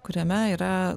kuriame yra